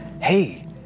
Hey